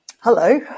hello